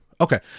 Okay